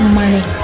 money